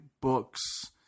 books